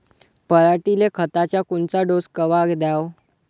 पऱ्हाटीले खताचा कोनचा डोस कवा द्याव?